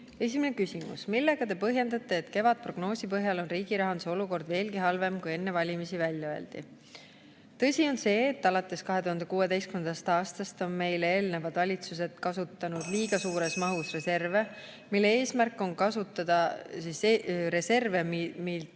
Esimene küsimus: "Millega Te põhjendate, et kevadprognoosi põhjal on riigirahanduse olukord veelgi halvem, kui enne valimisi välja öeldi?" Tõsi on see, et alates 2016. aastast on meil eelnevad valitsused kasutanud liiga suures mahus reserve (Juhataja helistab kella.), mida